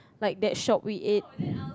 like that shop we ate